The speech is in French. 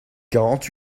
quarante